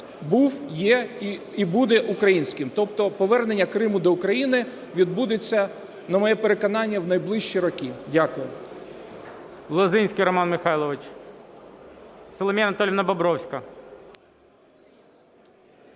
був, є і буде українським. Тобто повернення Криму до України відбудеться, на моє переконання, в найближчі роки. Дякую.